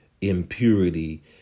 impurity